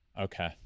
Okay